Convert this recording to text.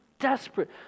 desperate